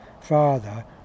father